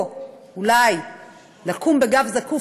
או אולי לקום בגב זקוף,